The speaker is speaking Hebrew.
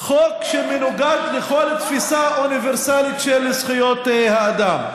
חוק שמנוגד לכל תפיסה אוניברסלית של זכויות האדם.